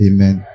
Amen